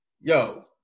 yo